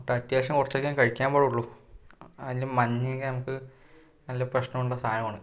മുട്ട അത്യാവശ്യം കുറച്ചൊക്കെയേ കഴിക്കാൻ പാടുള്ളു അതിൽ മഞ്ഞയൊക്കെ നമുക്ക് നല്ല പ്രശ്നമുള്ള സാധനമാണ്